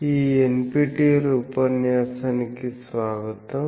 ఈ NPTEL ఉపన్యాసానికి స్వాగతం